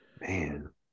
Man